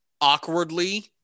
awkwardly